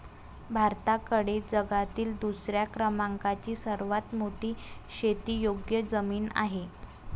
भारताकडे जगातील दुसऱ्या क्रमांकाची सर्वात मोठी शेतीयोग्य जमीन आहे